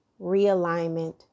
realignment